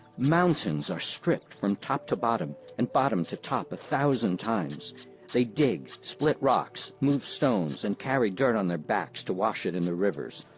mountains are stripped from top to bottom and bottom to top a thousand times they dig, split rocks, move stones, and carry dirt on then backs to wash it in the rivers,